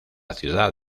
ciudad